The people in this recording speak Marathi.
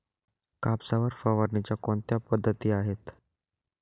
कापसावर फवारणीच्या कोणत्या पद्धती आहेत?